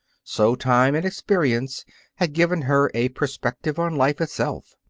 so time and experience had given her a perspective on life itself.